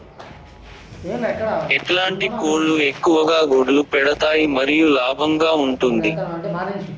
ఎట్లాంటి కోళ్ళు ఎక్కువగా గుడ్లు పెడతాయి మరియు లాభంగా ఉంటుంది?